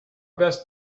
best